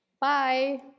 Bye